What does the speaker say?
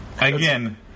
again